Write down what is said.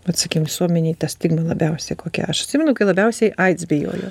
vat sakykim visuomenėj ta stigma labiausiai kokią aš atsimenu kai labiausiai aids bijojo